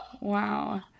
Wow